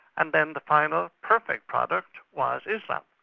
and then the final perfect product was islam.